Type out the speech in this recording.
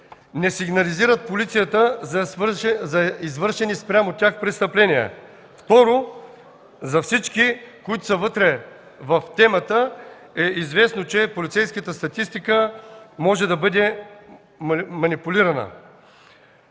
не сигнализират полицията за извършени спрямо тях престъпления; второ, за всички, които са вътре в темата, е известно, че полицейската статистика може да бъде манипулирана.